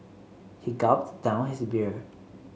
he gulped down his beer